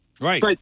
Right